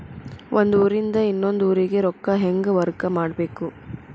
ಒಂದ್ ಊರಿಂದ ಇನ್ನೊಂದ ಊರಿಗೆ ರೊಕ್ಕಾ ಹೆಂಗ್ ವರ್ಗಾ ಮಾಡ್ಬೇಕು?